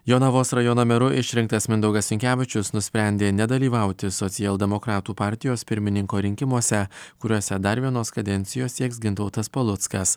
jonavos rajono meru išrinktas mindaugas sinkevičius nusprendė nedalyvauti socialdemokratų partijos pirmininko rinkimuose kuriuose dar vienos kadencijos sieks gintautas paluckas